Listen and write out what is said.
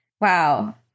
wow